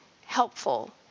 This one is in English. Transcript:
helpful